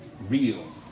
real